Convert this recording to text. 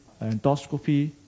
endoscopy